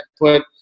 put